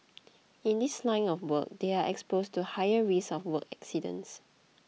in this line of work they are exposed to higher risk of work accidents